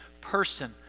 person